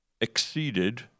exceeded